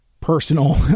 personal